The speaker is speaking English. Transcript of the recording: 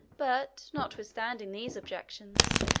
but, notwithstanding these objections,